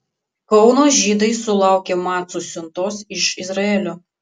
kauno žydai sulaukė macų siuntos iš izraelio